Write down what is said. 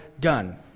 done